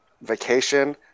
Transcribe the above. vacation